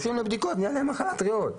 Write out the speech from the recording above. הולכים לבדיקות, קיבלו מחלת ריאות.